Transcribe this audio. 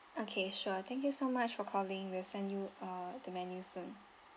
okay sure thank you so much for calling we'll send you uh the menu soon